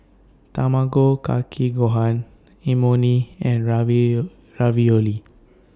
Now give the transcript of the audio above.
Tamago Kake Gohan Imoni and Ravio Ravioli